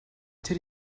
тэр